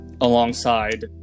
alongside